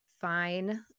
fine